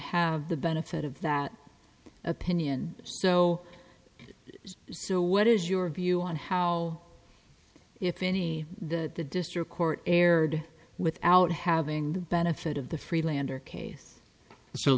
have the benefit of that opinion so so what is your view on how if any the district court erred without having the benefit of the freelander case so